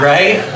Right